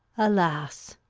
alas!